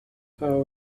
how